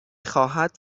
خواهد